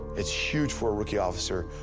it's huge for a rookie officer,